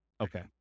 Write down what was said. Okay